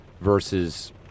versus